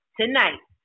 tonight